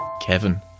Kevin